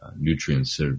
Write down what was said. nutrients